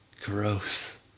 Gross